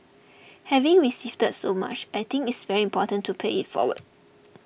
having received so much I think it's very important to pay it forward